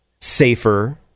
safer